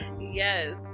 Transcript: yes